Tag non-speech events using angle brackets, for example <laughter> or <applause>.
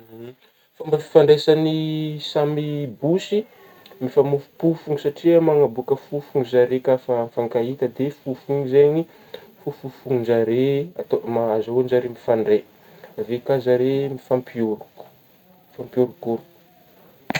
<hesitation> Fomba fifandraisagny samy bosy mifamofompofogny satria manaboaka fofogny zare ka fa mifankahita fofogny zagny fofofogny zare atao ma ahazoan'ny zare mifandray avy e ka zaze mifampihoroko mifampihorokoroko.